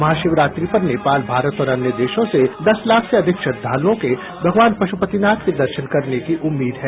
महाशिवरात्रि पर नेपाल भारत और अन्य देशों से दस लाख से अधिक श्रद्वालुओं के भगवान पशुपतिनाथ के दर्शन करने की उम्मीद है